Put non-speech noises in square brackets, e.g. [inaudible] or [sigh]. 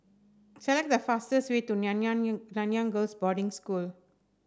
select the fastest way to [unintelligible] Nanyang Girls' Boarding School